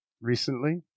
recently